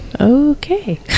Okay